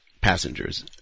passengers